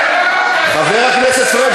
חבר הכנסת פריג',